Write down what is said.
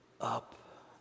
up